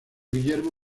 guillermo